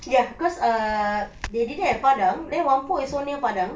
ya cause ah they did it at padang then whampoa is near padang